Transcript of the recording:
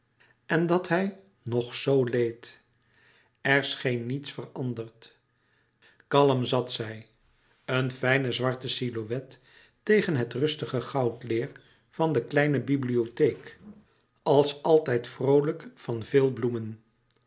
en dat hij nog zoo leed er scheen niets veranderd kalm zat zij een fijne zwarte silhouet tegen het rustige goudleêr van de kleine bibliotheek als altijd vroolijk van veel bloemen